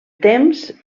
temps